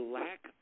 lack